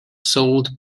sold